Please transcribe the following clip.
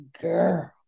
girl